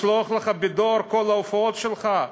לשלוח לך בדואר את כל ההופעות שלך,